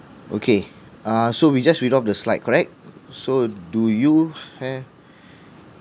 okay uh so we just read out the slide correct so do you have